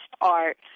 art